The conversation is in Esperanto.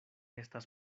estas